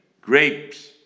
grapes